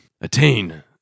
attain